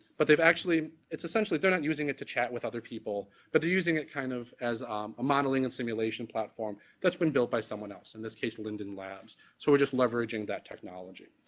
but they've actually it's essentially they're not using it to chat with other people, but they're using it kind of as um a modeling and simulation platform that's been built by someone else in this case, linden lab so we're just leveraging that technology.